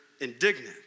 indignant